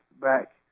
back